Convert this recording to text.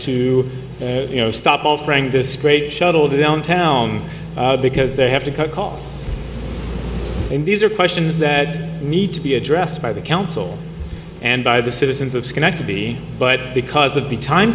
to you know stop offering this great shuttle to downtown because they have to cut costs and these are questions that need to be addressed by the council and by the citizens of schenectady but because of the time